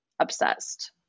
obsessed